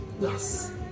Yes